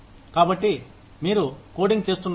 కాబట్టి మీరు కోడింగ్ చేస్తున్నారు